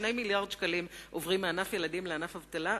ו-2 מיליארדי שקלים עוברים מענף ילדים לענף אבטלה,